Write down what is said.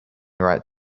right